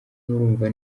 murumva